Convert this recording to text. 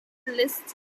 lists